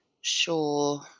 sure –